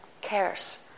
cares